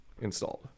installed